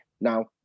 Now